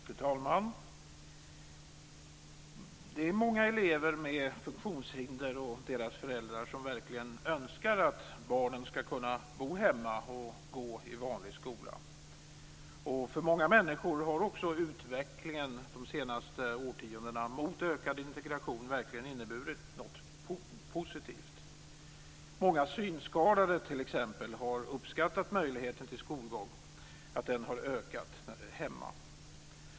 Fru talman! Det är många elever med funktionshinder och deras föräldrar som verkligen önskar att barnen ska kunna bo hemma och gå i vanlig skola. För många människor har också utvecklingen de senaste årtiondena mot ökad integration verkligen inneburit något positivt. Många synskadade t.ex. har uppskattat att möjligheten till skolgång i hemkommunen har ökat.